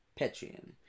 petrian